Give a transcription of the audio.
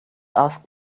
asked